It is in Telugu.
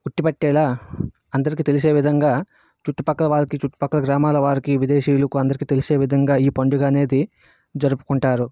ఉట్టి పట్టేలా అందరికీ తెలిసేవిధంగా చుట్టు పక్కల వాళ్ళకి చుట్టు పక్కల గ్రామాల వారికీ విదేశీయులకు అందరికీ తెలిసే విధంగా ఈ పండుగ అనేది జరుపుకుంటారు